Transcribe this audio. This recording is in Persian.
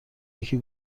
یکی